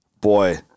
Boy